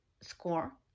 score